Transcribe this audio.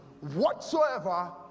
whatsoever